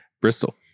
Bristol